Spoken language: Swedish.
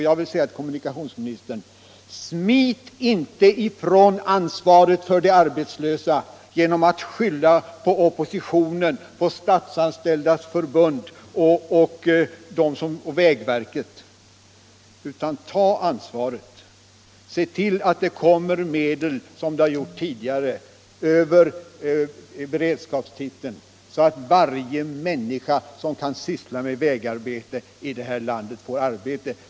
Jag vill säga till kommunikationsministern: Smit inte ifrån ansvaret för de arbetslösa genom att skylla på oppositionen, Statsanställdas förbund och vägverket — utan ta ansvaret! Se till att det beviljas medel som det har gjort tidigare under beredskapstiteln så att varje människa som kan syssla med vägarbete i det här landet får arbete!